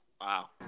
Wow